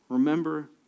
remember